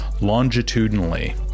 longitudinally